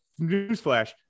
Newsflash